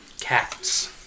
Cats